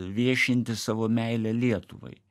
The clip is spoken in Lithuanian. viešinti savo meilę lietuvai